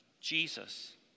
Jesus